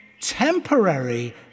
temporary